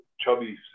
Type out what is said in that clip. Chubby